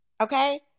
Okay